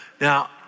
Now